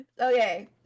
okay